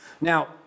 Now